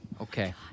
Okay